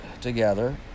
together